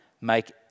make